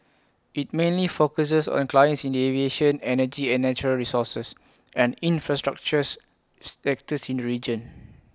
IT mainly focuses on clients in the aviation energy and natural resources and infrastructures sectors in the region